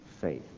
faith